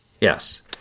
Yes